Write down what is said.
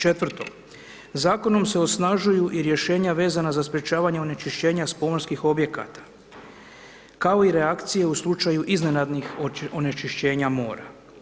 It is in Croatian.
Četvrto, zakonom se osnažuju i rješenja vezana za sprječavanje onečišćenja s pomorskih objekata kao i reakcije u slučaju iznenadnih onečišćenja mora.